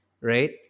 right